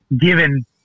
given